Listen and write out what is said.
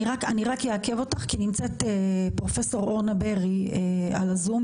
אני רק אעכב אותך כי פרופ' אורנה ברי נמצאת בזום.